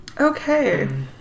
Okay